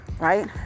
right